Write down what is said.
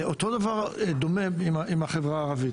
אותו דבר דומה עם החברה הערבית.